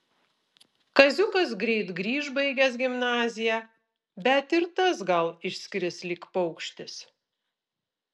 kaziukas greit grįš baigęs gimnaziją bet ir tas gal išskris lyg paukštis